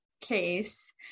case